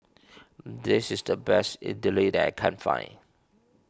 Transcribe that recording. this is the best Idili that I can find